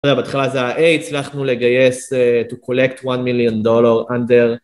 בתחילה זה ה-A, הצלחנו לגייס, to collect one million dollar under